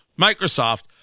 microsoft